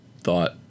thought